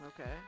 Okay